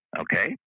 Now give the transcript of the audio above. Okay